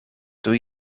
doe